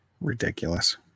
Ridiculous